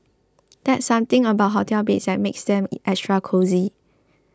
there's something about hotel beds that makes them extra cosy